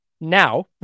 now